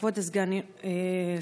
כבוד סגן השר,